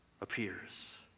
appears